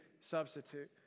substitute